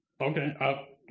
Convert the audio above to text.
Okay